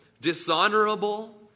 dishonorable